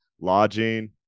lodging